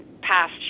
past